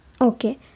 Okay